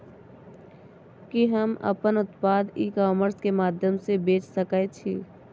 कि हम अपन उत्पाद ई कॉमर्स के माध्यम से बेच सकै छी?